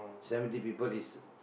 seventy people is